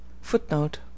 Footnote